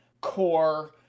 core